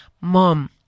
Mom